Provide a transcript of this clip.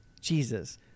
Jesus